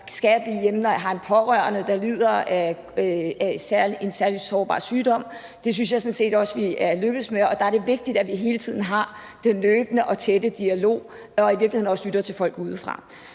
blive hjemme, når jeg har en pårørende, der er sårbar eller lider af en særlig sygdom? Det synes jeg sådan set også vi er lykkedes med, og der er det vigtigt, at vi hele tiden har den løbende og tætte dialog, og at vi i virkeligheden også lytter til folk udefra.